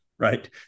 Right